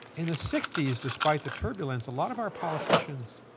in the sixty s, despite the turbulence, a lot of our politicians